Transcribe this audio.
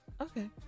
Okay